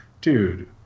dude